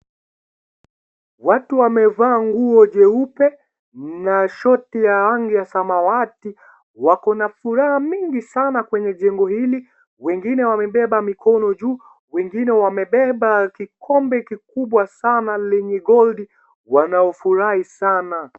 Watu wamevaa nguo jeupe na short ya rangi ya samawati. Wako na furaha mingi sana kwenye jengo hili, wengine wamebeba mikono juu, wengine wamebeba kikombe kikubwa sana lenye gold wanaofurahi sana.